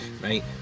right